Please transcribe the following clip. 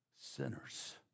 sinners